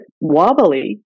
wobbly